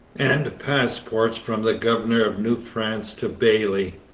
and passports from the governor of new france to bayly.